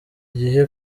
gihe